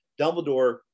Dumbledore